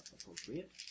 appropriate